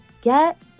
get